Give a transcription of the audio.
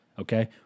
Okay